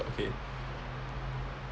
okay